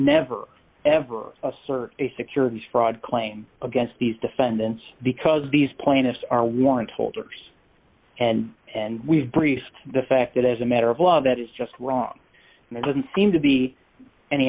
never ever assert a securities fraud claim against these defendants because these plaintiffs are want holders and and we've briefed the fact that as a matter of law that is just wrong and it doesn't seem to be any